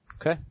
okay